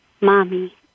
Mommy